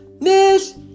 Miss